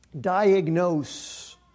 diagnose